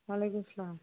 وعلیکُم سَلام